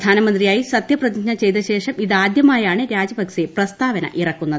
പ്രധാനമന്ത്രിയായി സത്യപ്രതിജ്ഞ ചെയ്തശേഷം ഇതാദൃമായാണ് രജപക്സെ പ്രസ്താവന ഇറക്കുന്നത്